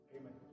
Amen